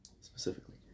specifically